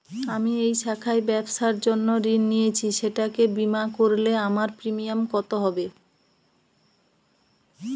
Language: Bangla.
আমি এই শাখায় ব্যবসার জন্য ঋণ নিয়েছি সেটাকে বিমা করলে আমার প্রিমিয়াম কত হবে?